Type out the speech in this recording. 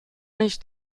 nicht